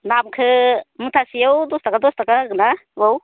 लाफाखो मुथासेयाव दसथाखा दसथाखा होगोन ना औ